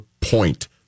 point